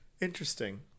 Interesting